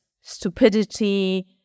stupidity